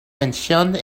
mentioned